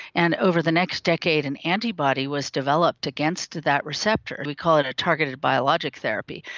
and over the next decade an antibody was developed against that receptor, we call it a targeted biologic therapy.